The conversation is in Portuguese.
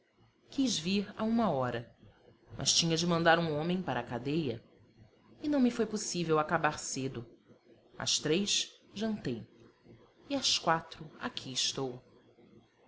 quis vir à uma hora mas tinha de mandar um homem para a cadeia e não me foi possível acabar cedo às três jantei e às quatro aqui estou